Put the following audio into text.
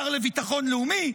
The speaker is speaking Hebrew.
השר לביטחון לאומי,